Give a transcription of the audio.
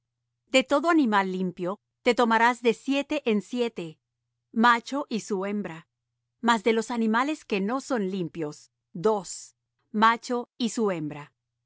de todo animal limpio te tomarás de siete en siete macho y su hembra mas de los animales que no son limpios dos macho y su hembra